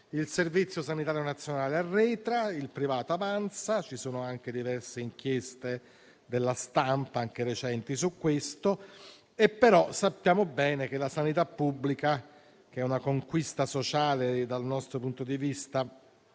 Il Servizio sanitario nazionale arretra, il privato avanza; ci sono diverse inchieste della stampa, anche recenti, a tale riguardo. Sappiamo bene però che la sanità pubblica, che è una conquista sociale dal nostro punto di vista